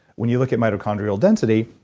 when you look at mitochondrial density,